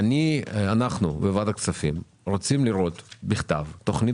אנחנו בוועדת הכספים רוצים לראות בכתב תוכנית